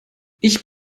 ich